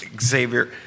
Xavier